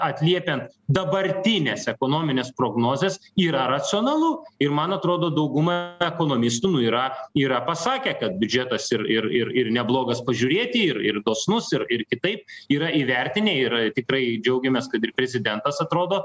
atliepiant dabartines ekonomines prognozes yra racionalu ir man atrodo dauguma ekonomistų nu yra yra pasakę kad biudžetas ir ir ir ir neblogas pažiūrėti ir ir dosnus ir ir kitaip yra įvertinę yra tikrai džiaugiamės kad ir prezidentas atrodo